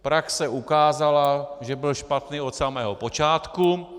Praxe ukázala, že byl špatný od samého počátku.